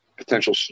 potential